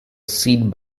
seed